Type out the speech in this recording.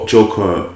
Joker